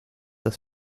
das